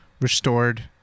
restored